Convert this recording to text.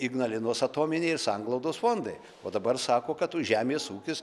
ignalinos atominė ir sanglaudos fondai o dabar sako kad žemės ūkis